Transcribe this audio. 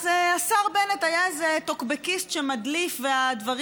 אז השר בנט היה איזה טוקבקיסט שמדליף והדברים